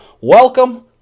Welcome